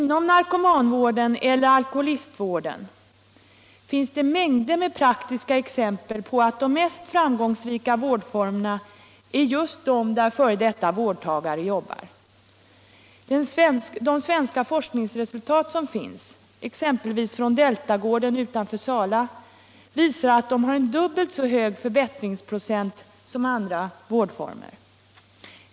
Inom narkomanvården och alkoholistvården finns det mängder av praktiska exempel på att de mest framgångsrika vårdformerna är just de där f.d. vårdtagare jobbar. De svenska forskningsresultaten exempelvis från Deltagården utanför Sala visar att denna form av vård ger en dubbelt så hög förbättringsprocent som andra vårdformer.